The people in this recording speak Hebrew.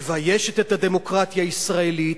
מביישת את הדמוקרטיה הישראלית